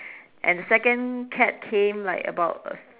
and second cat came like about uh